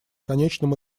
конечном